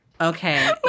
Okay